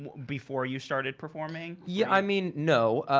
before you started performing? yeah i mean no.